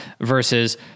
versus